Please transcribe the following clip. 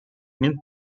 мин